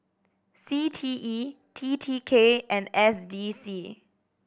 C T E T T K and S D C